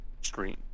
stream